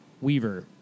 Weaver